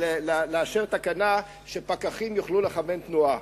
לאשר תקנה שפקחים יוכלו לכוון תנועה.